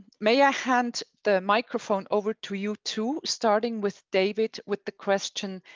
may i hand the microphone over to you to starting with david with the question,